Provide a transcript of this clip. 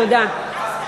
תודה.